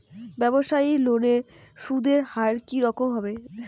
ব্যবসায়ী লোনে সুদের হার কি রকম হবে?